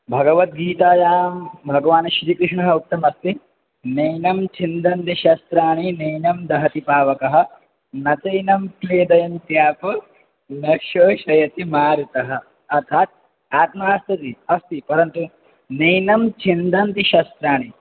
भगवद्गीतायां भगवता श्रीकृष्णेन उक्तमस्ति नैनं छिन्दन्ति शस्त्राणि नेनं दहति पावकः न चैनं क्लेदयन्त्यापो न शोषयति मारुतः अर्थात् आत्मा अस्तीति अस्ति परन्तु नैनं छिन्दन्ति शस्त्राणि